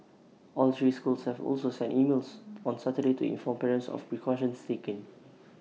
all three schools have also sent emails on Saturday to inform parents of precautions taken